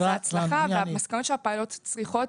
אז ההצלחה במסקנות של הפיילוט צריכה